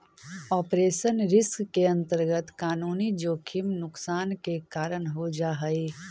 operational risk के अंतर्गत कानूनी जोखिम नुकसान के कारण हो जा हई